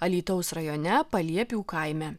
alytaus rajone paliepių kaime